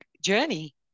journey